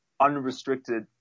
unrestricted